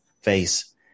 face